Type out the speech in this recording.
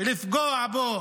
לפגוע בו